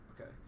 Okay